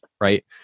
right